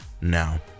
now